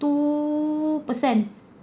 two percent